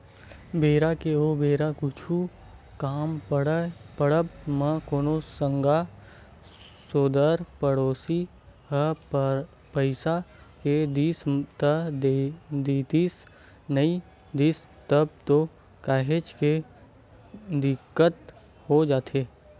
बेरा के उबेरा कुछु काम पड़ब म कोनो संगा सोदर पड़ोसी ह पइसा दे दिस त देदिस नइ दिस तब तो काहेच के दिक्कत हो जाथे